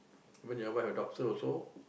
even your a wife a doctor also